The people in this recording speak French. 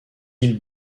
îles